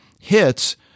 hits